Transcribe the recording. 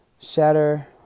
shatter